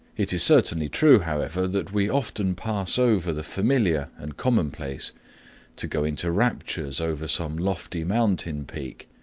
it is certainly true, however, that we often pass over the familiar and commonplace to go into raptures over some lofty mountain peak,